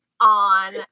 on